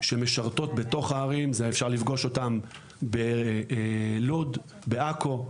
שמשרתות בתוך הערים, ואפשר לפגוש אותן בלוד, בעכו,